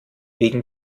wegen